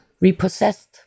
repossessed